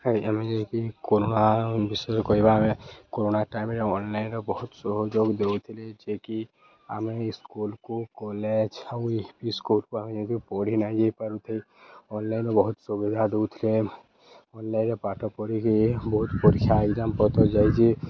ହଏ ଆମେ ଏମିତି କୋରୋନା ବିଷୟରେ କହିବା ଆମେ କରୋନା ଟାଇମ୍ରେ ଅନ୍ଲାଇନ୍ରେ ବହୁତ୍ ସହଯୋଗ୍ ଦଉଥିଲେ ଯେ କିି ଆମେ ସ୍କୁଲ୍କୁ କଲେଜ୍ ଆଉ ସ୍କୁଲ୍କୁ ଆମେ ଜେନ୍ତିକି ପଢ଼ି ନାଇ ଯାଇ ପାରୁଥେଇ ଅନ୍ଲାଇନ୍ର ବହୁତ୍ ସୁବିଧା ଦଉଥିଲେ ଅନ୍ଲାଇନ୍ର ପାଠ ପଢ଼ିକି ବହୁତ୍ ପରୀକ୍ଷା ଏକ୍ଜାମ୍ ପତର୍ ଯାଇଚି